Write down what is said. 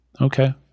Okay